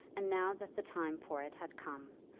and now that the time for it had come,